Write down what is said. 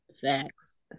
facts